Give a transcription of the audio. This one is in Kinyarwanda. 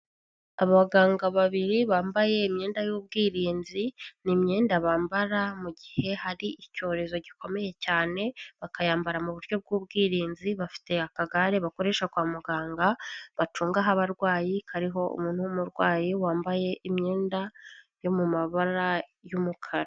Abaganga babiri bambaye imyenda y'ubwirinzi, ni imyenda bambara mu gihe hari icyorezo gikomeye cyane, bakayambara mu buryo b'ubwirinzi bafite akagare bakoresha kwa muganga bacungaho abarwayi hariho umuntu w'umurwayi wambaye imyenda yo mu mabara y'umukara.